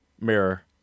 mirror